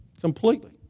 Completely